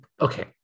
Okay